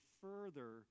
further